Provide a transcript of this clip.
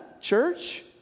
church